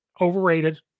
overrated